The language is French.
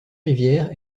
rivières